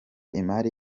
imari